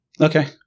Okay